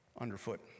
underfoot